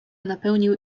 napełnił